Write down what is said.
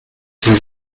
sie